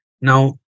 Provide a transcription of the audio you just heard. Now